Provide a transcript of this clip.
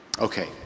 Okay